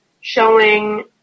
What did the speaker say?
showing